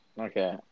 Okay